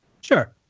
sure